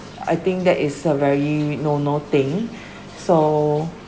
I think that is a very no no thing so